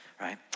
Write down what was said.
right